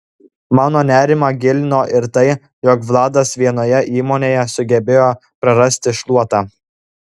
mano nerimą gilino ir tai jog vladas vienoje įmonėje sugebėjo prarasti šluotą